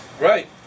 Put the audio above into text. Right